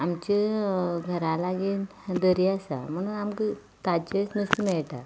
आमचे घरा लागीं दर्या आसा म्हणून आमकां ताजेंच नुस्तें मेळटा